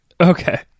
Okay